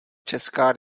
česká